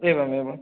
एवम् एवं